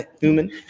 Human